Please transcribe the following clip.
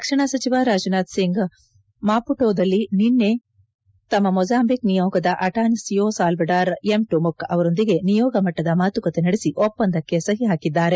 ರಕ್ಷಣಾ ಸಚಿವ ರಾಜನಾಥ್ ಸಿಂಗ್ ಮಾಪುಟೊದಲ್ಲಿ ನಿನ್ನೆ ತಮ್ಮ ಮೊಜಾಂಬಿಕ್ ನಿಯೋಗದ ಅಣಾನಾಸಿಯೊ ಸಾಲ್ವಡಾರ್ ಎಂ ಟುಮುಕ್ ಅವರೊಂದಿಗೆ ನಿಯೋಗ ಮಟ್ಟದ ಮಾತುಕತೆ ನಡೆಸಿ ಒಪ್ಪಂದಕ್ಕೆ ಸಹಿ ಹಾಕಿದ್ದಾರೆ